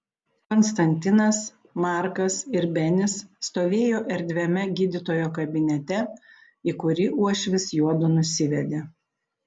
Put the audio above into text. konstantinas markas ir benis stovėjo erdviame gydytojo kabinete į kurį uošvis juodu nusivedė